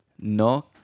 no